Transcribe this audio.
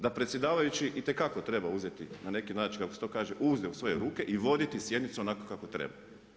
Da predsjedavajući itekako treba uzeti na neki način, kako se to kaže, uzde u svoje ruke i voditi sjednicu onako kako treba.